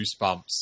goosebumps